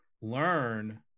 learn